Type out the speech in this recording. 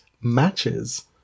matches